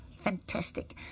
Fantastic